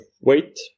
wait